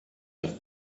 have